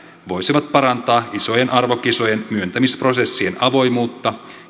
voisivat parantaa isojen arvokisojen myöntämisprosessien avoimuutta